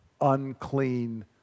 unclean